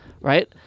right